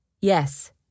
Yes